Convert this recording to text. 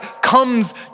comes